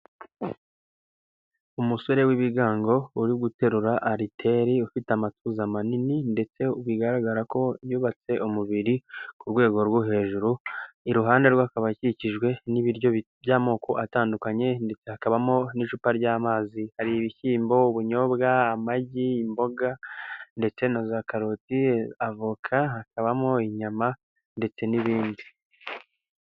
Umusore w'ibigango uri guterura ariteri ufite amatuza manini ndetse bigaragara ko yubatse umubiri ku rwego rwo hejuru, iruhande rwe akaba akikijwe n'ibiryo by'amoko atandukanye ndetse hakabamo n'icupa ry'amazi, hari ibishyimbo, ubunyobwa, amagi, imboga ndetse na za karoti, avoka, hakabamo inyama ndetse n'ibindi.